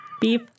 beef